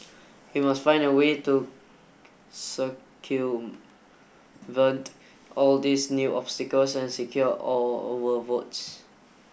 we must find a way to circumvent all these new obstacles and secure our our votes